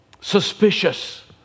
suspicious